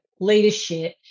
leadership